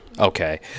okay